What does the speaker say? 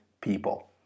people